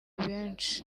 benshi